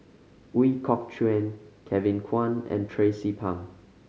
Ooi Kok Chuen Kevin Kwan and Tracie Pang